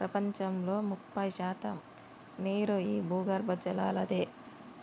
ప్రపంచంలో ముప్పై శాతం నీరు ఈ భూగర్బజలలాదే